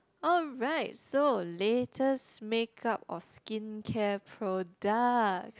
alright so latest makeup or skincare product